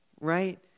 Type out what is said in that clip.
right